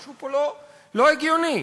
משהו פה לא הגיוני.